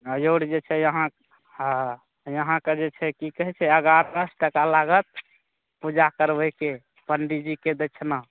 आओर जे छै अहाँ हँ अहाँके जे छै की कहै छै अगारह सए टका लागत पूजा करबैके पंडीजीके दक्षिणा